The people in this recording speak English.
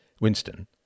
Winston